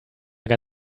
mehr